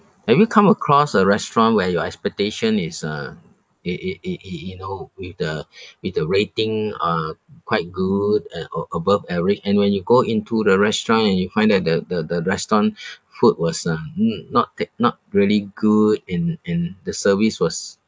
have you come across a restaurant where your expectation is a it it it it you know with the with the rating uh quite good uh or above average and when you go into the restaurant and you find that the the the restaurant food was uh n~ not that not really good and and the service was